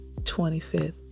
25th